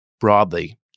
broadly